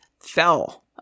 fell